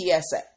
TSA